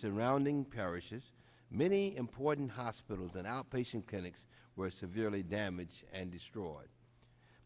surrounding parishes many important hospitals and outpatient clinics were severely damaged and destroyed